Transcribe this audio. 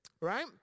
right